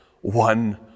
one